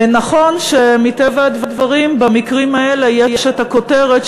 נכון שמטבע הדברים במקרים האלה יש הכותרת,